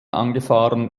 angefahren